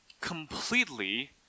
completely